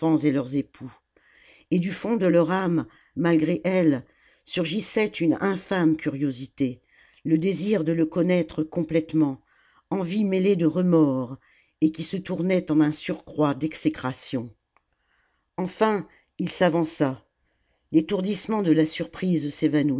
et leurs époux et du fond de leur âme malgré elles surgissait une infâme curiosité le désir de le connaître complètement envie mêlée de remords et qui se tournait en un surcroît d'exécration enfin il s'avança l'étourdissement de la surprise s'évanouit